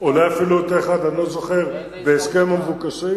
אולי אפילו אותו אחד, אני לא זוכר, בהסכם מבוקשים.